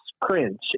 cringe